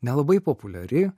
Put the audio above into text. nelabai populiari